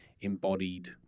embodied